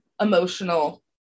emotional